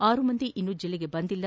ಆರು ಜನ ಇನ್ನೂ ಜಿಲ್ಲೆಗೆ ಬಂದಿಲ್ಲ